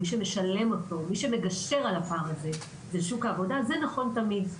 שמשלם אותו ומגשר על הפער זה שוק העבודה זה נכון תמיד,